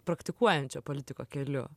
praktikuojančio politiko keliu